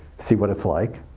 see what it's like.